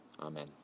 Amen